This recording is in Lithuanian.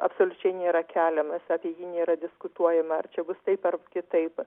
absoliučiai nėra keliamas apie jį nėra diskutuojama ar čia bus taip ar kitaip